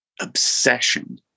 obsession